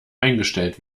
eingestellt